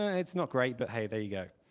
it's not great, but hey, there you go.